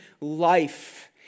life